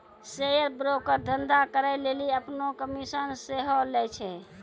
share broker धंधा करै लेली अपनो कमिशन सेहो लै छै